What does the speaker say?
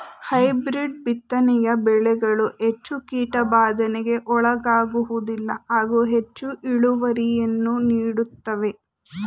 hybrid ಬಿತ್ತನೆಯ ಬೆಳೆಗಳು ಹೆಚ್ಚು ಕೀಟಬಾಧೆಗೆ ಒಳಗಾಗುವುದಿಲ್ಲ ಹಾಗೂ ಹೆಚ್ಚು ಇಳುವರಿಯನ್ನು ನೀಡುತ್ತವೆ